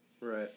Right